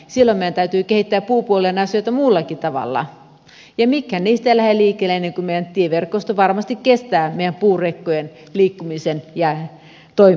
monimuotoisesti meidän täytyy kehittää puupuolen asioita muullakin tavalla ja mikään ei lähde liikkeelle ennen kuin meidän tieverkosto varmasti kestää meidän puurekkojen liikkumisen ja toimimisen siellä